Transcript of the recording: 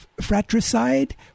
Fratricide